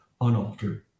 unaltered